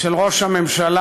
של ראש הממשלה,